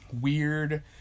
weird